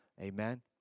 Amen